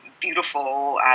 beautiful